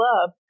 love